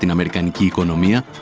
you know american economy, ah